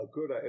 Good